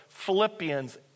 Philippians